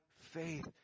faith